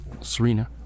Serena